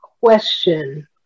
question